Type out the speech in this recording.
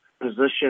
position